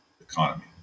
economy